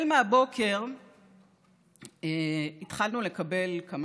מהבוקר התחלנו לקבל,